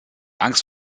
angst